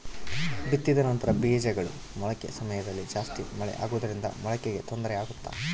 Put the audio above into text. ಬಿತ್ತಿದ ನಂತರ ಬೇಜಗಳ ಮೊಳಕೆ ಸಮಯದಲ್ಲಿ ಜಾಸ್ತಿ ಮಳೆ ಆಗುವುದರಿಂದ ಮೊಳಕೆಗೆ ತೊಂದರೆ ಆಗುತ್ತಾ?